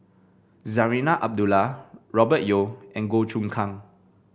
Zarinah Abdullah Robert Yeo and Goh Choon Kang